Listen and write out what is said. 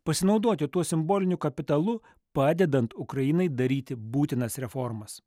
pasinaudoti tuo simboliniu kapitalu padedant ukrainai daryti būtinas reformas